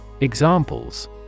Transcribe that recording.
Examples